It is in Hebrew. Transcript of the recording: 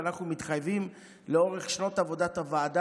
ואנחנו מתחייבים לאורך שנות עבודת הוועדה